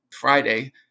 Friday